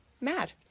mad